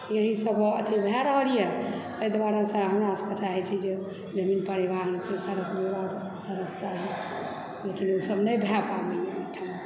यहीसभ अथी भए रहलए एहि दुआरेसे हमरा सभकेँ चाहै छी कि जे जमीन परिवहन से सड़क विभाग लेकिन ओ सभ नहि भए पाबैए एहिठाम